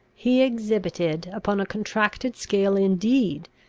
he exhibited, upon a contracted scale indeed,